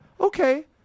okay